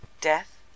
Death